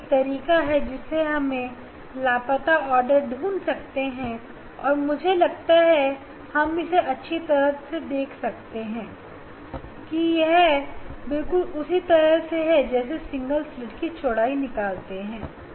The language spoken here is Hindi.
यह वह तरीका है जिससे कि हम लापता ऑर्डर ढूंढ सकते हैं मुझे लगता है हम अच्छी तरह देख सकते हैं कि यह बिल्कुल उसी तरह है जैसे हम सिंगल स्लिट की चौड़ाई निकालते हैं